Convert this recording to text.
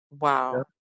Wow